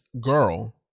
girl